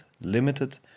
limited